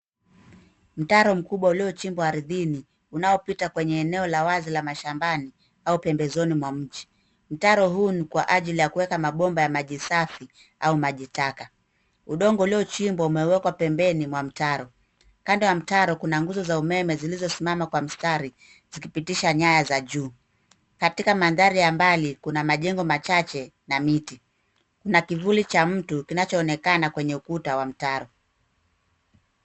Mtaro mkubwa uliochimbwa ardhini, unaopita kwenye eneo la wazi la mashambani au pembezoni mwa mji. Mtaro huu ni kwa ajili ya kuweka mabomba ya maji safi au maji taka. Udongo uliochimbwa umewekwa pembeni mwa mtaro. Kando ya mtaro kuna nguzo za umeme zilizosimama kwa mstari, zikipitisha nyaya za juu. Katika mandhari ya mbali kuna majengo machache na miti. Kuna kivuli cha mtu kinachoonekana kwenye ukuta wa mtaro.